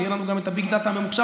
ויהיה לנו את ה-big data ממוחשב,